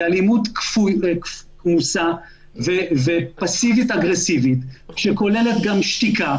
היא אלימות כמוסה ופסיבית-אגרסיבית שכוללת גם שתיקה,